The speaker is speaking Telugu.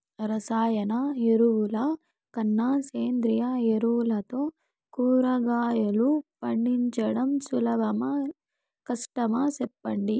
రసాయన ఎరువుల కన్నా సేంద్రియ ఎరువులతో కూరగాయలు పండించడం సులభమా కష్టమా సెప్పండి